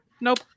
nope